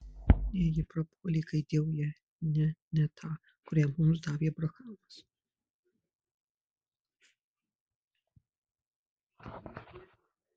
ne ji prapuolė kai įdėjau ją ne ne tą kurią mums davė abrahamas